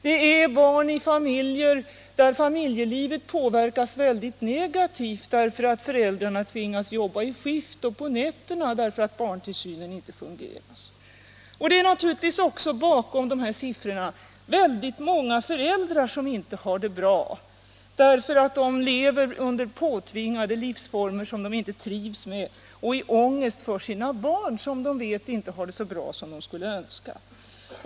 Det är barn i familjer där familjelivet påverkas mycket negativt därför att föräldrarna tvingas jobba i skift och på nätterna därför att barntillsynen inte fungerat. Det finns naturligtvis också bakom dessa siffror många föräldrar som inte har det bra därför att de lever under påtvingade livsformer, som de inte trivs med, och i ångest för sina barn som de vet inte har det så bra som de skulle önska.